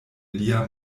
lia